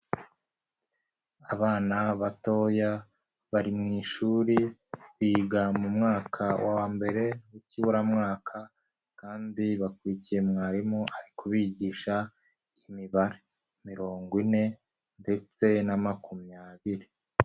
Abana batoya bari mu ishuri biga mu mwaka wa mbere w'ikiburamwaka kandi bakurikiye mwarimu ari kubigisha imibare, mirongo ine ndetse na makumyabiri.